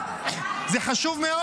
אז למה זה חשוב?